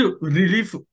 Relief